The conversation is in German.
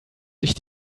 sich